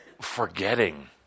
forgetting